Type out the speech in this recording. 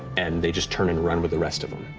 and they just turn and run with the rest of them.